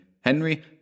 Henry